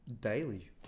Daily